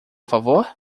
favor